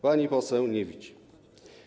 Pani poseł nie widzi.